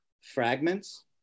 fragments